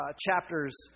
chapters